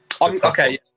Okay